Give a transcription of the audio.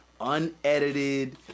unedited